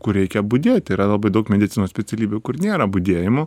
kur reikia budėti yra labai daug medicinos specialybių kur nėra budėjimų